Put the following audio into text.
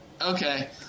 Okay